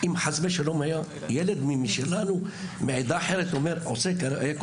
אם חס ושלום היה ילד משלנו מעדה אחרת מתנהג כך,